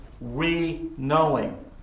re-knowing